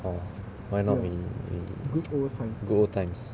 hor why not we we good old times